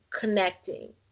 connecting